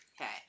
Okay